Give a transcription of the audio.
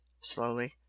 slowly